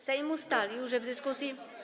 Sejm ustalił, że w dyskusji.